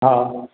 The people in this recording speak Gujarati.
હા